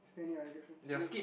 standing I different trip